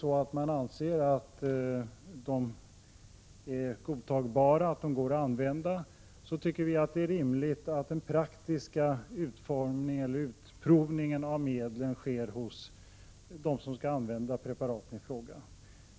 Om man anser att de är godtagbara och att de går att använda är det rimligt att den praktiska utprovningen av medlen sker hos dem som skall använda preparaten.